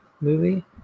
movie